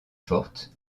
forte